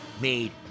made